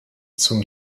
zum